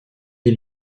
est